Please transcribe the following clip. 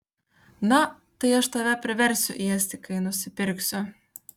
na tai aš tave priversiu ėsti kai nusipirksiu